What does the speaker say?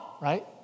right